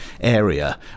area